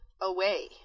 away